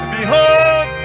Behold